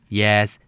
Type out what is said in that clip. yes